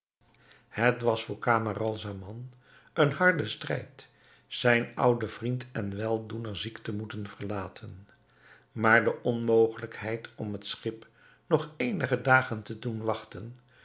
het was voor camaralzaman een harde strijd zijn ouden vriend en weldoener ziek te moeten verlaten maar de onmogelijkheid om het schip nog eenige dagen te doen wachten